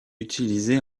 utilisé